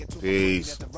Peace